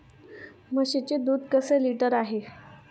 म्हशीचे दूध कसे लिटर आहे?